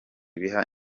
biha